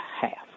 half